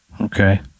Okay